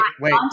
wait